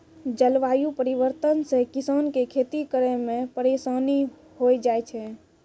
जलवायु परिवर्तन से किसान के खेती करै मे परिसानी होय जाय छै